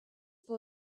for